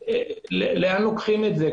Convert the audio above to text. לאן לוקחים את זה?